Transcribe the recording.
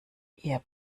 ihr